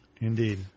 Indeed